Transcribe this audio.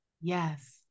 Yes